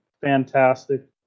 fantastic